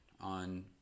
on